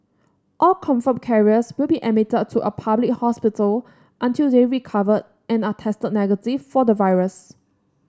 all confirmed carriers will be admitted to a public hospital until they recover and are tested negative for the virus